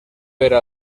era